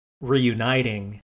reuniting